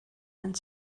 and